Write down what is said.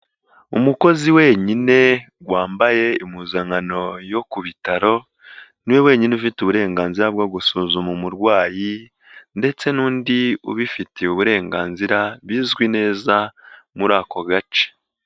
Umukozi wenyine wambaye impuzankano yo ku bitaro, niwe wenyine ufite uburenganzira bwo gusuzuma umurwayi ndetse n'undi ubifitiye uburenganzira bizwi neza muri ako gace.